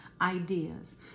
ideas